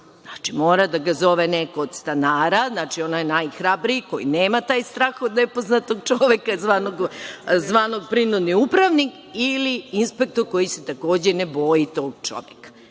Znači, mora da ga pozove neko od stanara, znači onaj najhrabriji, koji nema taj strah od nepoznatog čoveka, zvanog prinudni upravnik ili inspektor, koji se takođe ne boji tog čoveka. Vrlo